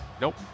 Nope